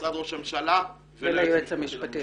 למשרד ראש הממשלה וליועץ המשפטי לממשלה.